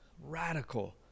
radical